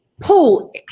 Paul